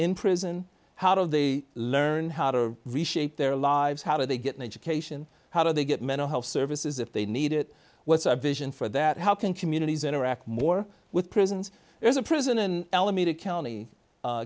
in prison how do they learn how to reshape their lives how do they get an education how do they get mental health services if they need it was a vision for that how can communities interact more with prisons there's a prison in alameda county